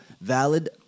valid